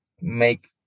make